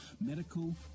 medical